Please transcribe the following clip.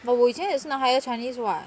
but 我以前也是拿 higher chinese [what]